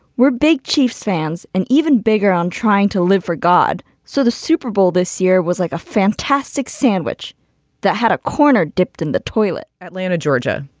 where big chiefs fans and even bigger on trying to live for god. so the super bowl this year was like a fantastic sandwich that had a corner dipped in the toilet atlanta, georgia